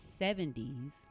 70s